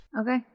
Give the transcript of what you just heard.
Okay